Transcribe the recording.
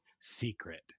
secret